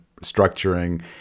structuring